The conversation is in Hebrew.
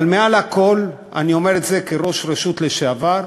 אבל מעל הכול, אני אומר את זה כראש רשות לשעבר,